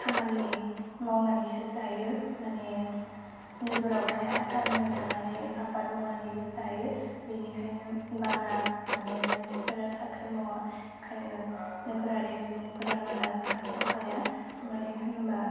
खामानि मावनानैसो जायो माने नोगोराव थाया गामियाव थानानै आबाद मावनानै जायो बिनिखायनो बारा माने मानसिफोरा साख्रि मावा ओंखायनो नोगोरारि सुबुंफोराबो बारा सानख' हाया मानो होमब्ला